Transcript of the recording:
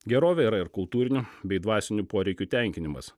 gerovė yra ir kultūrinių bei dvasinių poreikių tenkinimas